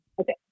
Okay